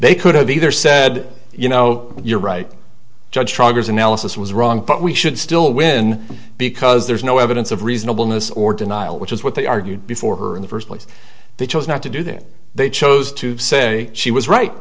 they could have either said you know you're right judge progress analysis was wrong but we should still win because there's no evidence of reasonableness or denial which is what they argued before her in the first place they chose not to do that they chose to say she was right